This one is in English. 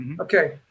Okay